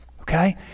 okay